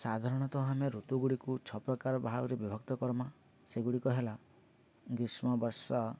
ସାଧାରଣତଃ ଆମେ ଋତୁ ଗୁଡ଼ିକୁ ଛଅପ୍ରକାର ଭାବରେ ବିଭକ୍ତ କର୍ମା ସେଗୁଡ଼ିକ ହେଲା ଗ୍ରୀଷ୍ମ ବର୍ଷା